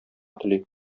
тели